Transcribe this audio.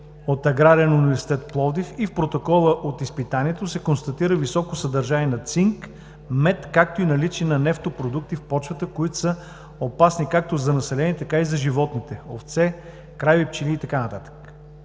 от Аграрен университет – Пловдив, и в протокола от изпитанието се констатира високо съдържание на цинк, мед, както и наличие на нефтопродукти в почвата, които са опасни както за населението, така и за животните – овце, крави, пчели и така